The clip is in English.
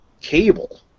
cable